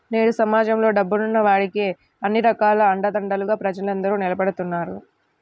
నేడు సమాజంలో డబ్బున్న వాడికే అన్ని రకాల అండదండలుగా ప్రజలందరూ నిలబడుతున్నారు